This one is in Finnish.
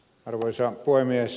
arvoisa puhemies